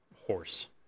horse